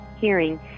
hearing